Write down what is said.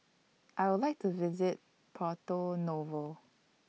I Would like to visit Porto Novo